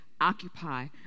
Occupy